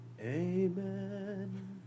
amen